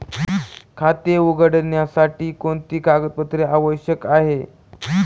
खाते उघडण्यासाठी कोणती कागदपत्रे आवश्यक आहे?